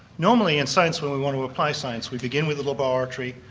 normally in science when we want to apply science we begin with a laboratory,